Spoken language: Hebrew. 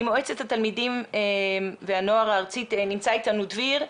ממועצת התלמידים והנוער הארצית נמצא איתנו דביר,